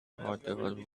whatever